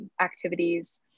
activities